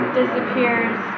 disappears